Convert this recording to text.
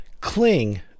cling